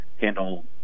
handle